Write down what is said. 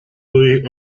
louis